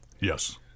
Yes